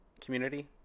community